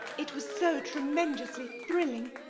it was so tremenjously thrill ing.